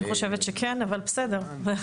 אני חושבת שכן, אבל בסדר.